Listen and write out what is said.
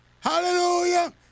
Hallelujah